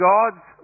God's